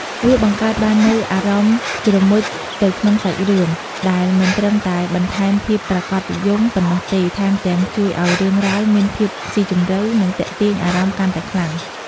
វាបង្កើតបាននូវអារម្មណ៍ជ្រមុជទៅក្នុងសាច់រឿង ដែលមិនត្រឹមតែ បន្ថែមភាពប្រាកដនិយម ប៉ុណ្ណោះទេ ថែមទាំង ជួយឱ្យរឿងរ៉ាវមានភាពស៊ីជម្រៅ និងទាក់ទាញអារម្មណ៍កាន់តែខ្លាំង។